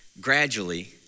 gradually